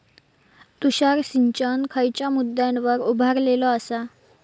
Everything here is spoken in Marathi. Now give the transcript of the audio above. तुषार सिंचन खयच्या मुद्द्यांवर उभारलेलो आसा?